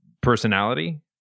personality